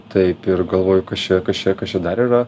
taip ir galvoju kas čia kas čia kas čia dar yra